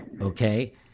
okay